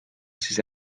siis